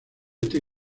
este